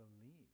believe